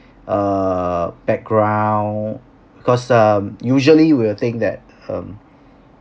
err background cause um usually we'll think that um